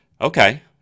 okay